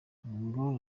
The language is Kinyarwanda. ngo